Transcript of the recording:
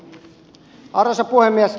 arvoisa puhemies